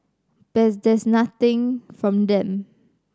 but there's been nothing from them